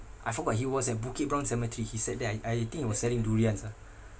I forgot he was at bukit brown cemetery he said that I I think he was selling durians ah